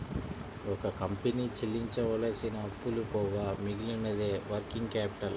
ఒక కంపెనీ చెల్లించవలసిన అప్పులు పోగా మిగిలినదే వర్కింగ్ క్యాపిటల్